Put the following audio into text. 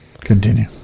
Continue